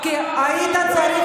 היית צריך